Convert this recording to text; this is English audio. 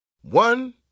One